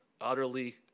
utterly